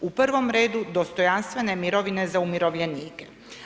U prvom redu, dostojanstvene mirovine za umirovljenike.